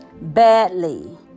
badly